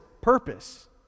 purpose